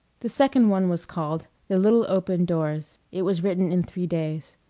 the second one was called the little open doors it was written in three days.